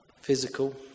physical